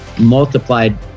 multiplied